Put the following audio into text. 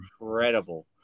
Incredible